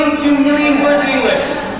two million words in english.